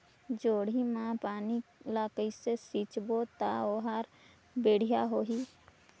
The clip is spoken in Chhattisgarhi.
जोणी मा पानी ला कइसे सिंचबो ता ओहार बेडिया होही?